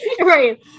right